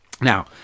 Now